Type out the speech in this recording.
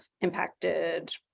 impacted